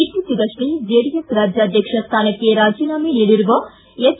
ಇತ್ತೀಚಿಗಷ್ಟೇ ಜೆಡಿಎಸ್ ರಾಜ್ಯಾಧ್ವಕ್ಷ ಸ್ಥಾನಕ್ಕೆ ರಾಜೀನಾಮೆ ನೀಡಿರುವ ಎಚ್